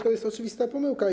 To jest oczywista pomyłka.